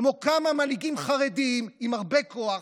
כמו כמה מנהיגים חרדים עם הרבה כוח,